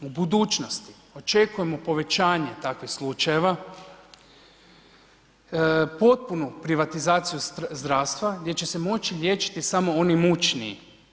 U budućnosti očekujemo povećanje takvih slučajeva, potpunu privatizaciju zdravstva, gdje će se moći liječiti samo oni imućniji.